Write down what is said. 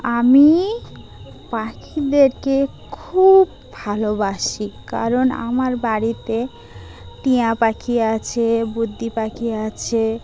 আমি পাখিদেরকে খুব ভালোবাসি কারণ আমার বাড়িতে টিয়া পাখি আছে বুদ্ধি পাখি আছে